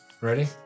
ready